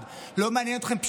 לא מעניין אתכם אף אחד,